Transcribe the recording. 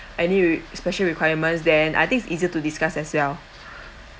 any re~ special requirements then I think it's easier to discuss as well